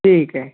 ٹھیک ہے